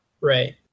right